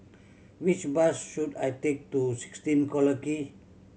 which bus should I take to sixteen Collyer Quay